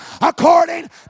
according